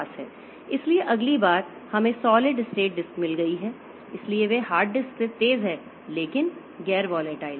इसलिए अगली बार हमें सॉलिड स्टेट डिस्क मिल गई है इसलिए वे हार्ड डिस्क से तेज हैं लेकिन गैर वोलेटाइल